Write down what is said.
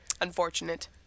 Unfortunate